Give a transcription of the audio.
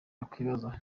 yakwibaza